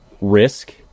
risk